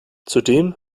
zudem